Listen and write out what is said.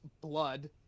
blood